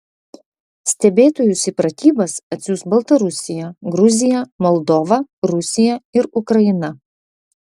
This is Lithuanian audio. stebėtojus į pratybas atsiųs baltarusija gruzija moldova rusija ir ukraina